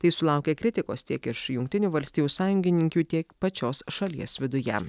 tai sulaukė kritikos tiek iš jungtinių valstijų sąjungininkių tiek pačios šalies viduje